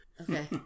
Okay